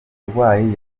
umurwayi